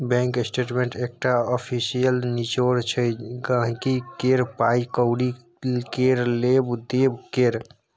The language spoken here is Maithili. बैंक स्टेटमेंट एकटा आफिसियल निचोड़ छै गांहिकी केर पाइ कौड़ी केर लेब देब केर